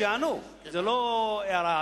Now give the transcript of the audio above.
שיענו, זו לא הערה.